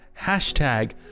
Hashtag